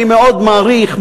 אני מאוד מעריך,